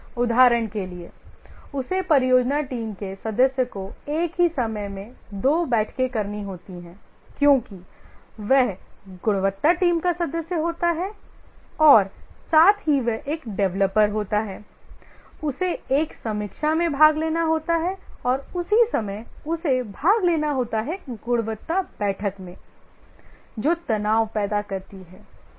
उदाहरण के लिए उसे परियोजना टीम के सदस्य को एक ही समय में दो बैठकें करनी होती हैं क्योंकि वह गुणवत्ता टीम का सदस्य होता है और साथ ही वह एक डेवलपर होता है उसे एक समीक्षा में भाग लेना होता है और उसी समय उसे भाग लेना होता है एक गुणवत्ता बैठक में जो तनाव पैदा करती है